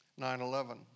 9-11